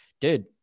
dude